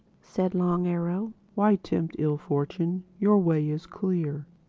said long arrow, why tempt ill fortune? your way is clear.